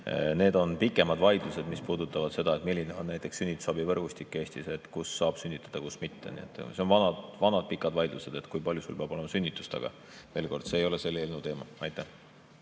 Need on pikemad vaidlused, mis puudutavad seda, milline on näiteks sünnitusabivõrgustik Eestis, kus saab sünnitada, kus mitte. Vanad pikad vaidlused, kui palju peab olema sünnitusi, aga veel kord: see ei ole selle eelnõu teema. Aitäh!